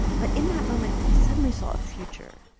but in that moment, he suddenly saw a future,